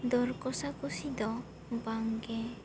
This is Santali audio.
ᱫᱚᱨ ᱠᱚᱥᱟ ᱠᱩᱥᱤ ᱫᱚ ᱵᱟᱝ ᱜᱮ